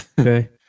Okay